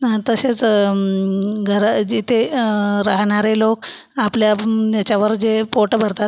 तसेच घरात जिथे राहणारे लोक आपल्या याच्यावर जे पोट भरतात